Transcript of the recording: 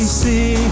see